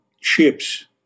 chips